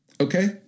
Okay